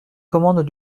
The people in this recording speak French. commandent